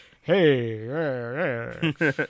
Hey